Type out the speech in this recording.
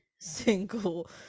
single